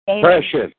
Precious